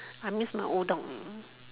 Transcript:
I miss my old dog